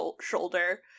shoulder